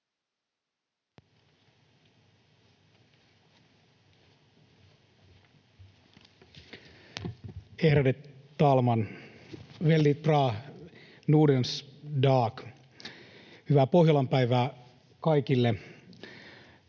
Ärade talman! Väldigt bra Nordens dag. Hyvää Pohjolan päivää kaikille!